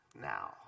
now